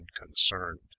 unconcerned